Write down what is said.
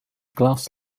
glass